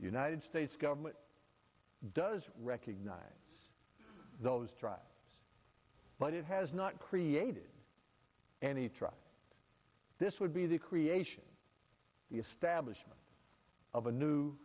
united states government does recognize those drives but it has not created any trust this would be the creation of the establishment of a new